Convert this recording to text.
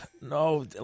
no